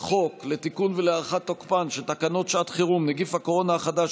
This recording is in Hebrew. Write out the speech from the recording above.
חוק לתיקון ולהארכת תוקפן של תקנות שעת חירום (נגיף הקורונה החדש,